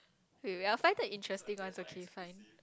wait wait I find that interesting one okay fine